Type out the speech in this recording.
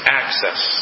access